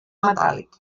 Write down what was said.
metàl·lic